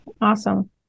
Awesome